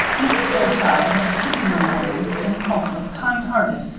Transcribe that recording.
mrs. fairchild was a pretty little woman, impulsive, kind-hearted,